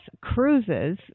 cruises